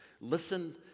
listen